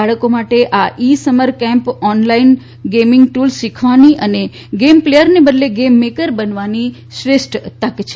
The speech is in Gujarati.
બાળકો માટે આ ઇ summer camp online gaming tools શીખવાની અને ગેમ પ્લેચરને બદલે ગેમ મેકર બનવાની શ્રેષ્ઠ તક છે